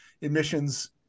emissions